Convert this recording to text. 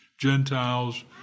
Gentiles